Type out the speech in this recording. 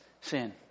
sin